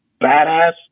badass